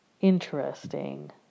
interesting